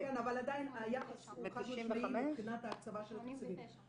עדיין היחס הוא חד משמעי מבחינת ההקצבה של תקציבים.